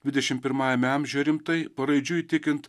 dvidešimt pirmajame amžiuje rimtai paraidžiui tikint